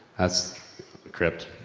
that's crypt.